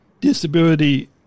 disability